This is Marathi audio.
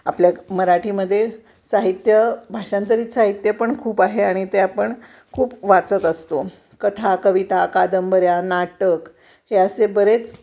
आपल्या मराठीमध्ये साहित्य भाषांतरीत साहित्य पण खूप आहे आणि ते आपण खूप वाचत असतो कथा कविता कादंबऱ्या नाटक हे असे बरेच